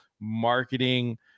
marketing